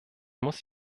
muss